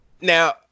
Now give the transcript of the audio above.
now